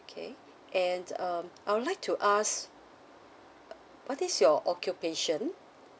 okay and um I would like to ask uh what is your occupation